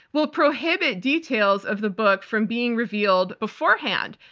will prohibit details of the book from being revealed beforehand,